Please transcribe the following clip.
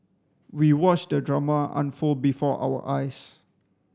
we watched the drama unfold before our eyes